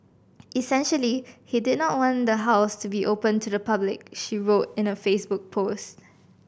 essentially he did not want the house to be open to the public she wrote in a Facebook post